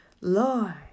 Lord